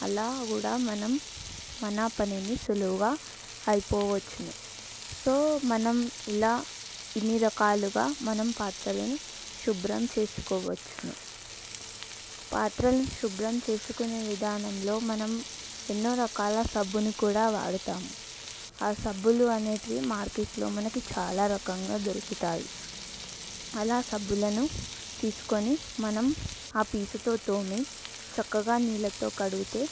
అలా కూడా మనం మన పనిని సులువుగా అయిపోవచ్చును సో మనం ఇలా ఇన్ని రకాలుగా మనం పాత్రలను శుభ్రం చేసుకోవచ్చును పాత్రలను శుభ్రం చేసుకునే విధానంలో మనం ఎన్నో రకాల సబ్బును కూడా వాడుతాం ఆ సబ్బులు అనేటివి మార్కెట్లో మనకి చాలా రకంగా దొరుకుతాయి అలా సబ్బులను తీసుకొని మనం ఆ పీచుతో తోమి చక్కగా నీళ్ళతో కడుగుతే